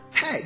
Hey